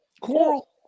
Coral